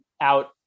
out